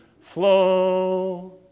flow